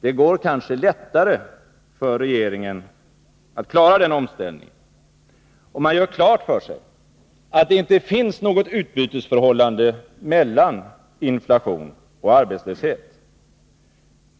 Det går kanske lättare för regeringen att klara den omställningen om man gör klart för sig, att det inte finns något utbytesförhållande mellan inflation och arbetslöshet.